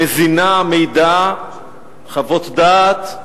המזינה מידע, חוות-דעת,